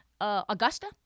Augusta